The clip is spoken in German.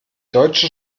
deutsche